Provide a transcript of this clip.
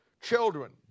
Children